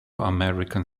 american